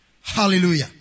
Hallelujah